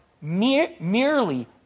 merely